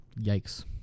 yikes